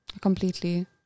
completely